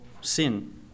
sin